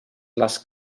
les